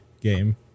game